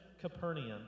Capernaum